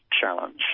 challenge